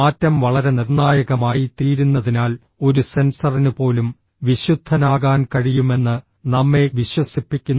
മാറ്റം വളരെ നിർണായകമായിത്തീരുന്നതിനാൽ ഒരു സെൻസറിന് പോലും വിശുദ്ധനാകാൻ കഴിയുമെന്ന് നമ്മെ വിശ്വസിപ്പിക്കുന്നു